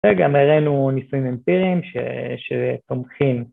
וגם הראינו ניסויים אמפיריים שתומכים.